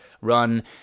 run